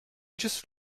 just